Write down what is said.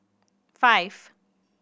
five